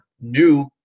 new